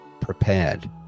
prepared